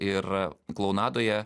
ir klounadoje